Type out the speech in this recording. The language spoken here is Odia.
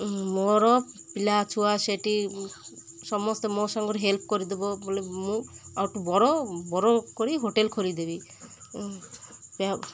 ମୋର ପିଲା ଛୁଆ ସେଠି ସମସ୍ତେ ମୋ ସାଙ୍ଗରେ ହେଲପ କରିଦେବ ବୋଲେ ମୁଁ ଆଠୁ ବର ବର କରି ହୋଟେଲ ଖୋଲିଦେବି